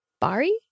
Bari